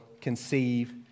conceive